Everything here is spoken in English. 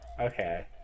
Okay